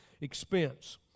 expense